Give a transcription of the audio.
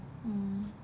mm